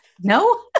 no